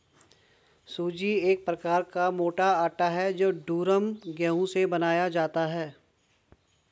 सूजी एक प्रकार का मोटा आटा है जो ड्यूरम गेहूं से बनाया जाता है